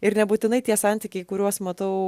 ir nebūtinai tie santykiai kuriuos matau